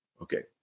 okay